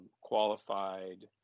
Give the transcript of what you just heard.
qualified